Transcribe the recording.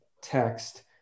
text